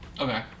Okay